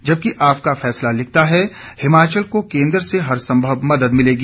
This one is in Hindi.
जबकि आपका फैसला लिखता है हिमाचल को केंद्र से हरसंभव मदद मिलेगी